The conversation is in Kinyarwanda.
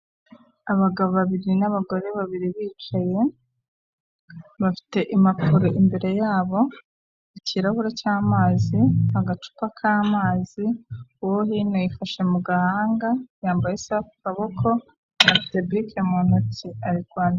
Abagabo babiri n'abagore babiri bicaye bafite impapuro imbere yabo ikirahure cy'amazi agacupa k'amazi, uwo hino yifashe mu gahanga yambaye isaha ku kaboko afite bike mu ntoki ari kwandika.